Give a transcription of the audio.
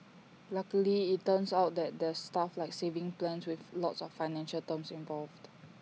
luckily IT turns out that there's stuff like savings plans with lots of financial terms involved